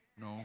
No